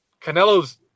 Canelo's